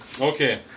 Okay